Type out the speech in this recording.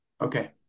okay